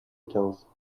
quinze